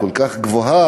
וכל כך גבוהה,